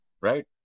Right